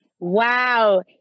Wow